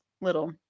little